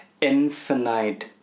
infinite